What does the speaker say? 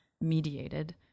mediated